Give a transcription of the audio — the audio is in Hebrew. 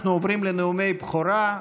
אנחנו עוברים לנאומי בכורה.